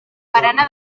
barana